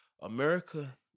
America